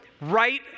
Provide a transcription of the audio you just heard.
right